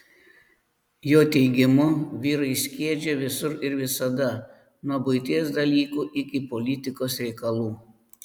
jo teigimu vyrai skiedžia visur ir visada nuo buities dalykų iki politikos reikalų